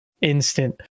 instant